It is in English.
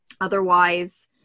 Otherwise